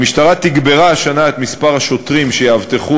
המשטרה תגברה השנה את מספר השוטרים שיאבטחו